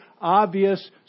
obvious